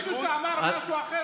היה עוד מישהו שאמר משהו אחר,